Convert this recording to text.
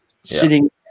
sitting